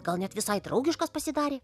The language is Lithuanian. gal net visai draugiškas pasidarė